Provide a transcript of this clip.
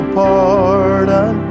pardon